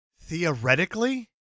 Theoretically